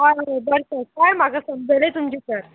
हय हय बरें तर कांय म्हाका समजलें तुमचें सर